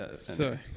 Sorry